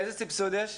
‏איזה סבסוד יש?